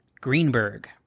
Greenberg